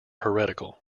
heretical